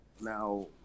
now